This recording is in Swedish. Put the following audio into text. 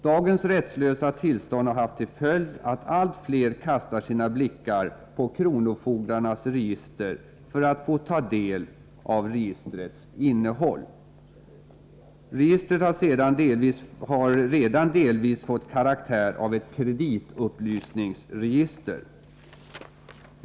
Dagens rättslösa tillstånd har haft till följd att allt fler kastar sina blickar på kronofogdarnas register för att få ta del av dettas innehåll. Registret har redan delvis fått karaktär av ett kreditupplysningsregister.